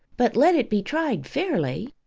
but let it be tried fairly.